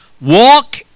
walk